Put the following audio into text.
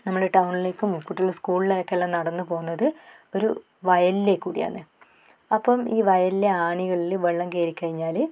നമ്മൾ ടൗണിലേക്കും കുട്ടികൾ സ്കൂളിലേയ്ക്കെല്ലാം നടന്ന് പോകുന്നത് ഒരു വയലിലേക്കൂടിയാനെ അപ്പം ഈ വയലിലെ ആനികളിൽ വെള്ളം കയറി കഴിഞ്ഞാൽ